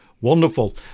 wonderful